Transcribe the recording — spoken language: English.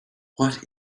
what